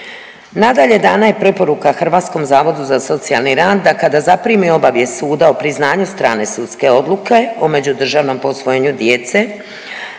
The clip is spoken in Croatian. Nadalje, dana je preporuka Hrvatskom zavodu za socijalni rad da kada zaprimi obavijest suda o priznanju strane sudske odluke o međudržavnom posvojenju djece